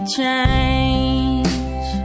change